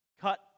Cut